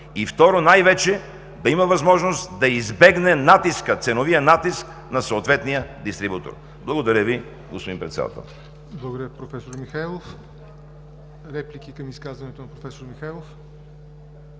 и, второ, най-вече да има възможност да избегне натиска – ценовия натиск на съответния дистрибутор. Благодаря Ви, господин Председател.